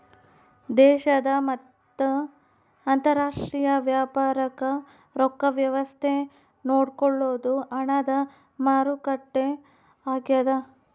ದೇಶದ ಮತ್ತ ಅಂತರಾಷ್ಟ್ರೀಯ ವ್ಯಾಪಾರಕ್ ರೊಕ್ಕ ವ್ಯವಸ್ತೆ ನೋಡ್ಕೊಳೊದು ಹಣದ ಮಾರುಕಟ್ಟೆ ಆಗ್ಯಾದ